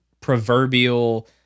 proverbial